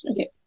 Okay